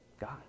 God